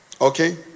okay